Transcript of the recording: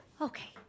Okay